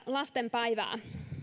lastenpäivää